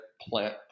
plant